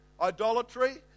idolatry